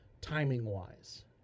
timing-wise